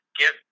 get